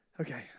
Okay